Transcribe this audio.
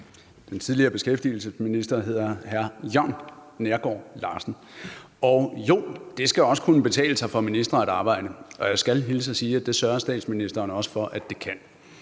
Den tidligere beskæftigelsesminister hedder hr. Jørn Neergaard Larsen. Og jo, det skal også kunne betale sig for ministre at arbejde, og jeg skal hilse og sige, at det sørgede statsministeren også for at det kunne